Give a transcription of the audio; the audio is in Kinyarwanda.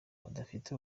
badafite